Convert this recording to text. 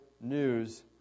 news